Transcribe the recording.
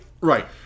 right